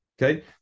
Okay